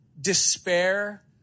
despair